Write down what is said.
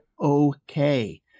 okay